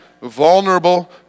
vulnerable